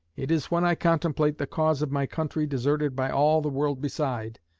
it is when i contemplate the cause of my country deserted by all the world beside,